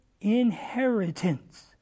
inheritance